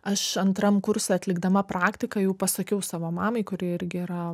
aš antram kurse atlikdama praktiką jau pasakiau savo mamai kuri irgi yra